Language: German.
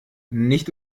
nicht